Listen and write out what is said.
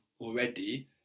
already